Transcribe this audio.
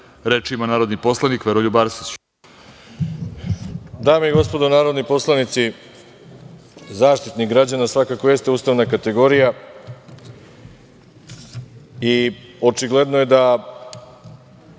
ima narodni poslanik Veroljub Arsić.